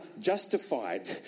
justified